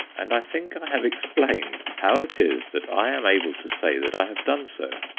and i think i have explained how it is that i am able to say that i have done so.